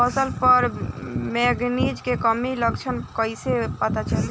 फसल पर मैगनीज के कमी के लक्षण कइसे पता चली?